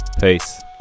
Peace